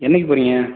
என்னைக்கு போகிறிங்க